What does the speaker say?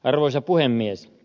arvoisa puhemies